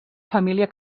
família